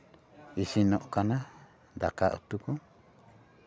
ᱤᱥᱤᱱᱚᱜ ᱠᱟᱱᱟ ᱫᱟᱠᱟ ᱩᱛᱩ ᱠᱚ